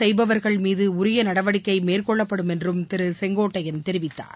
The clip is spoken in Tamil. ப்புக்கள் மீதுஉரியநடவடிக்கைமேற்கொள்ளப்படும் என்றும் திருசெங்கோட்டையன் தெரிவித்தார்